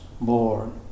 born